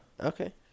Okay